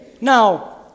now